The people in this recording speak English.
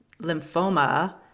lymphoma